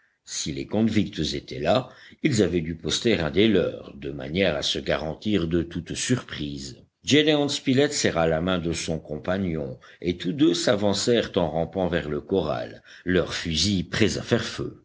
si les convicts étaient là ils avaient dû poster un des leurs de manière à se garantir de toute surprise gédéon spilett serra la main de son compagnon et tous deux s'avancèrent en rampant vers le corral leurs fusils prêts à faire feu